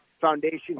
foundation